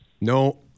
No